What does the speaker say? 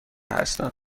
هستم